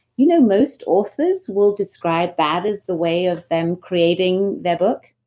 you know most authors will describe that as the way of them creating their book,